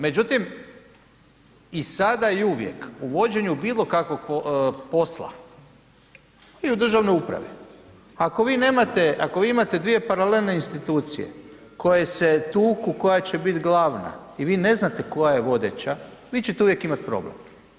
Međutim, i sada i uvijek, u vođenju bilokakvog posla, i u državnoj upravi, ako vi imate svoje paralelne institucije koje se tuku koja će biti glavna i vi ne znate koja je vodeća, vi ćete uvijek imat problem.